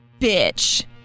bitch